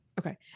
Okay